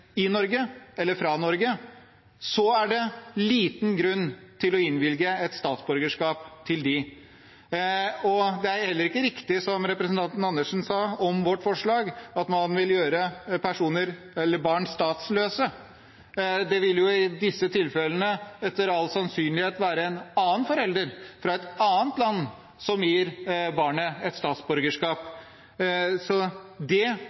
i eller fra Norge, er det liten grunn til å innvilge dem et statsborgerskap. Det er heller ikke riktig, som representanten Andersen sa om vårt forslag, at man vil gjøre personer eller barn statsløse. Det ville i disse tilfellene, etter all sannsynlighet, være en annen forelder fra et annet land som gir barnet et statsborgerskap. Det